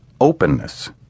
openness